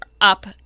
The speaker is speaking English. up